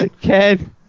Ken